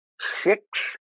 six